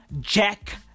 jack